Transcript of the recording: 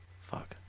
fuck